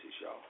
y'all